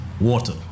water